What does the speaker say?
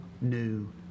new